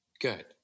Good